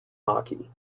hockey